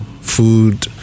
food